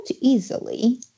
easily